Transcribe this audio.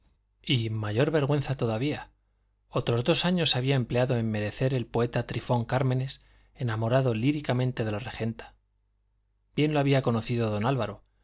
y mayor vergüenza todavía otros dos años había empleado en merecer el poeta trifón cármenes enamorado líricamente de la regenta bien lo había conocido don álvaro y